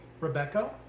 Rebecca